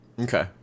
Okay